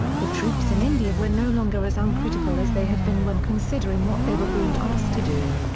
the troops in india were no longer as uncritical as they had been when considering what they were being asked to do.